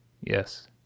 Yes